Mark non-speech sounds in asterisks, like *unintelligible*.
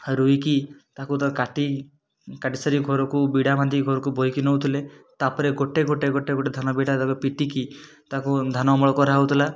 ଆ ରୁଇକି ତାକୁ ତା କାଟି କାଟି ସାରିକି ଘରକୁ ବିଡ଼ା ବାନ୍ଧି ଘରକୁ ବୋହିକି ନଉଥିଲେ ତାପରେ ଗୋଟେ ଗୋଟେ ଗୋଟେ ଗୋଟେ ଧାନ ବିଡ଼ା *unintelligible* ପିଟିକି ତାକୁ ଧାନ ଅମଳ କରାହଉଥିଲା